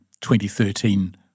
2013